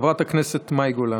חברת הכנסת מאי גולן.